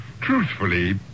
Truthfully